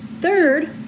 Third